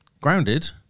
grounded